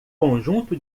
conjunto